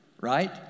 right